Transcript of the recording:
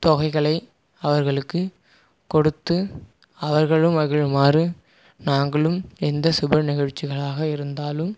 தொகைகளை அவர்களுக்கு கொடுத்து அவர்களும் மகிழுமாறு நாங்களும் எந்த சுப நிகழ்ச்சிகளாக இருந்தாலும்